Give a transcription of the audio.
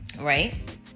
right